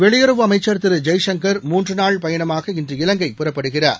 வெளியுறவு அமைச்சர் திரு ஜெய்சங்கர் மூன்று நாள் பயணமாக இன்று இலங்கை புறப்படுகிறார்